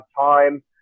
time